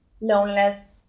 loneliness